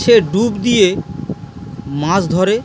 সে ডুব দিয়ে মাছ ধরে